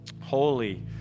holy